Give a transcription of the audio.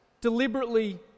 deliberately